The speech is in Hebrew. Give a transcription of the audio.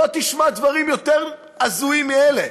לא תשמע דברים יותר הזויים מאלה.